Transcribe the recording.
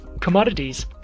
Commodities